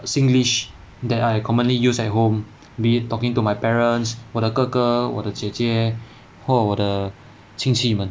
singlish that are commonly used at home be it talking to my parents 我的哥哥我的姐姐或我的亲戚们